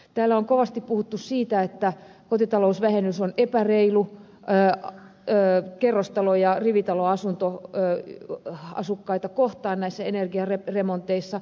täällä on kovasti puhuttu siitä että kotitalousvähennys on epäreilu kerrostalo ja rivitaloasuntoasukkaita kohtaan näissä energiaremonteissa